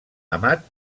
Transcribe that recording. amat